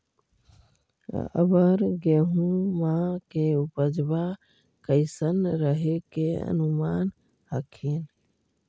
अबर गेहुमा के उपजबा कैसन रहे के अनुमान हखिन?